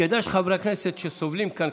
יסוד של אורחות החיים בישראל.